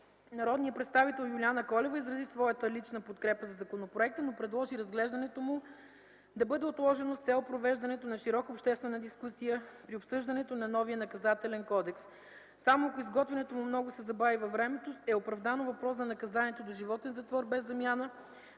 Народният представител Юлиана Колева изрази своята лична подкрепа за законопроекта, но предложи разглеждането му да бъде отложено с цел провеждането на широка обществена дискусия при обсъждането на новия Наказателен кодекс. Само, ако изготвянето му много се забави във времето, е оправдано въпросът за наказанието доживотен затвор без замяна